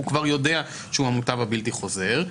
הוא כבר יודע שהוא המוטב הבלתי חוזר,